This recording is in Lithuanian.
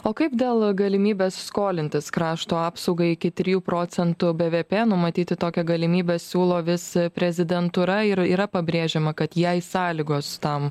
o kaip dėl galimybės skolintis krašto apsaugai iki trijų procentų bvp numatyti tokią galimybę siūlo vis prezidentūra ir yra pabrėžiama kad jei sąlygos tam